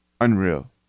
Unreal